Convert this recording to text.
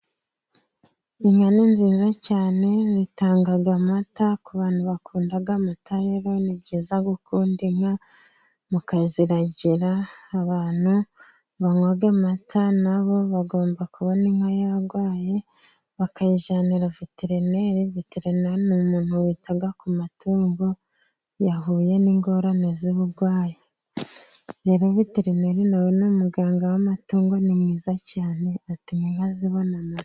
Inka ni nziza cyane zitanga amata ku bantu bakunda amata. Rero ni byiza gukunda inka mukaziragira abantu banywa amata nabo bagomba kubona inka yarwaye bakayijyanira vetereneri. Veterineri ni umuntu wita ku matungo yahuye n'ingorane z'uburwayi. Rero veterineri nawe ni umuganga w'amatungo ni mwiza cyaneatuma inka zibona amata.